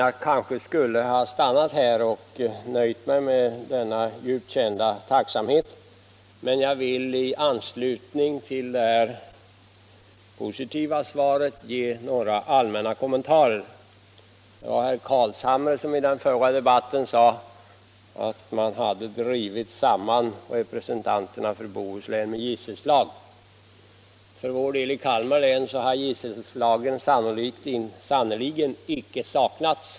Jag kunde kanske ha stannat här och nöjt mig med denna djupt kända tacksamhet. Men jag vill i anslutning till det positiva svaret göra några allmänna kommentarer. Herr Carlshamre sade i den förra debatten att man hade drivit samman representanterna för Bohuslän med gisselslag. För vår del i Kalmar län har gisselslagen sannerligen icke saknats.